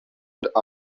and